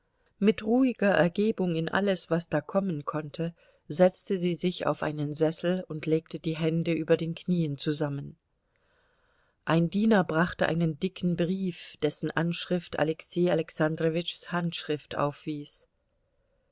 mit ruhiger ergebung in alles was da kommen konnte setzte sie sich auf einen sessel und legte die hände über den knien zusammen ein diener brachte einen dicken brief dessen anschrift alexei alexandrowitschs handschrift aufwies